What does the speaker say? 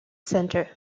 centre